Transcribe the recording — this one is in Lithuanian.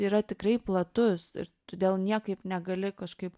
yra tikrai platus ir todėl niekaip negali kažkaip